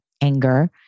anger